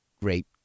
great